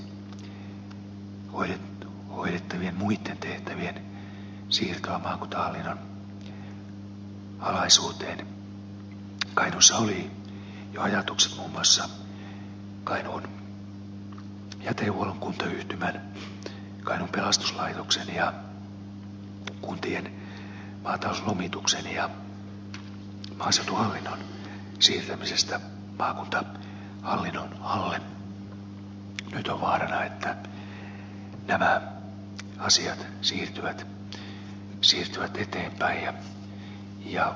kainuussa olivat jo ajatukset muun muassa kainuun jätehuollon kuntayhtymän kainuun pelastuslaitoksen ja kuntien maatalouslomituksen ja maaseutuhallinnon siirtämisestä maakuntahallinnon alle